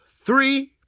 three